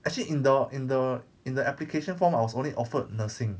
actually in the in the in the application form I was only offered nursing